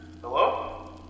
Hello